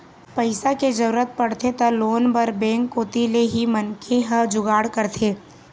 पइसा के जरूरत परथे त लोन बर बेंक कोती ले ही मनखे ह जुगाड़ करथे